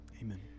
Amen